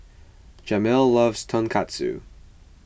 Jamel loves Tonkatsu